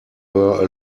were